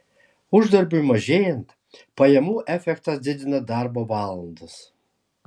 uždarbiui mažėjant pajamų efektas didina darbo valandas